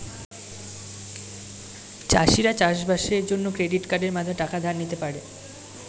চাষিরা চাষবাসের জন্য ক্রেডিট কার্ডের মাধ্যমে টাকা ধার নিতে পারে